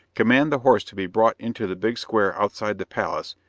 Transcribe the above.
command the horse to be brought into the big square outside the palace,